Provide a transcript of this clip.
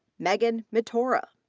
meghan mitoraj.